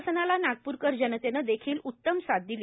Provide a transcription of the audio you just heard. प्रशासनाला नागप्रकर जनतेने देखील उत्तम साथ दिली